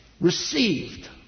received